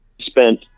spent